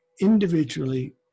individually